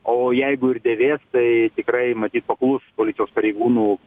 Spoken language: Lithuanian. o jeigu ir dėvės tai tikrai matyt paklus policijos pareigūnų